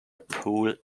pool